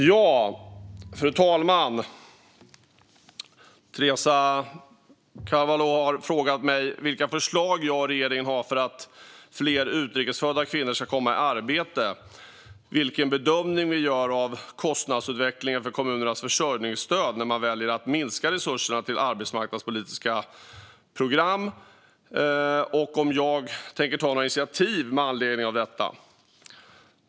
Fru talman! Teresa Carvalho har frågat mig vilka förslag jag och regeringen har för att fler utrikes födda kvinnor ska komma i arbete, vilken bedömning vi gör av kostnadsutvecklingen för kommunernas försörjningsstöd när man väljer att minska resurserna till arbetsmarknadspolitiska program och om jag tänker ta några initiativ med anledning av detta.